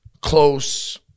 close